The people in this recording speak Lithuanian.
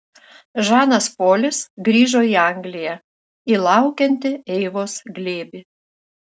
žanas polis grįžo į angliją į laukiantį eivos glėbį